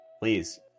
please